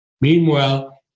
Meanwhile